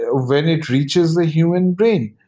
ah when it reaches the human brain,